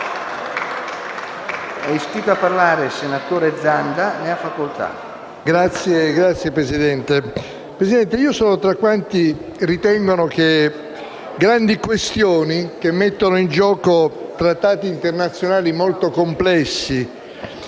*(PD)*. Signor Presidente, sono tra quanti ritengono che grandi questioni che mettono in gioco trattati internazionali molto complessi,